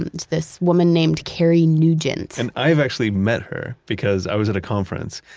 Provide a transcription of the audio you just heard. and this woman named carrie nugent and i've actually met her because i was at a conference,